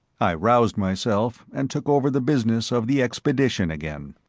i roused myself, and took over the business of the expedition again.